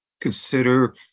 consider